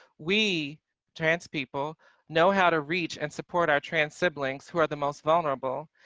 we trans people know how to reach and support our trans siblings who are the most vulnerable,